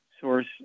source